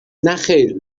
نخیر